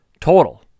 total